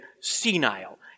senile